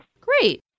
Great